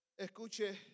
escuche